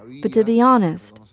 but to be honest,